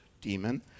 demon